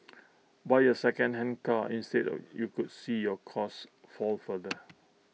buy A second hand car instead of you could see your costs fall further